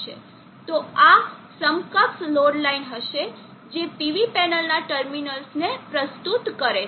તો આ સમકક્ષ લોડ લાઇન હશે જે PV પેનલના ટર્મિનલ ને પ્રસ્તુત કરે છે